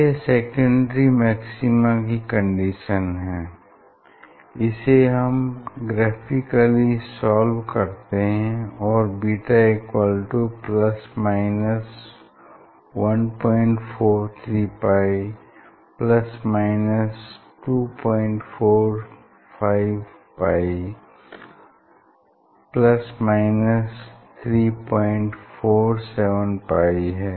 यह secondary maxima की condition है इसे हम ग्रफिकली सॉल्व करते हैं और β±143π ±245π ±347π हैं